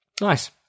Nice